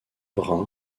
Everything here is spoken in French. brun